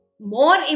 more